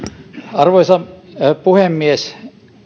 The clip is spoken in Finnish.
arvoisa puhemies